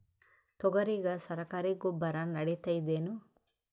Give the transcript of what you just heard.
ತೊಗರಿಗ ಸರಕಾರಿ ಗೊಬ್ಬರ ನಡಿತೈದೇನು?